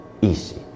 easy